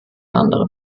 andere